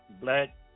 black